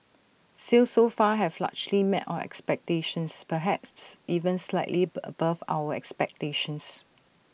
sales so far have largely met our expectations perhaps even slightly bur above our expectations